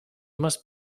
must